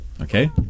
okay